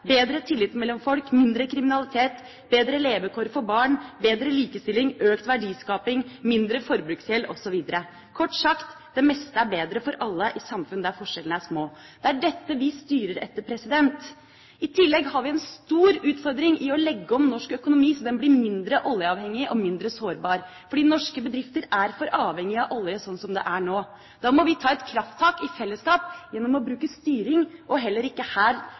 bedre tillit mellom folk, mindre kriminalitet, bedre levekår for barn, bedre likestilling, økt verdiskaping, mindre forbruksgjeld osv. Kort sagt: Det meste er bedre for alle i samfunn der forskjellene er små. Det er dette vi styrer etter. I tillegg har vi en stor utfordring i å legge om norsk økonomi så den blir mindre oljeavhengig og mindre sårbar, fordi norske bedrifter er for avhengige av olje sånn som det er nå. Da må vi ta et krafttak i fellesskap gjennom å bruke styring, og heller ikke her